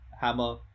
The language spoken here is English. hammer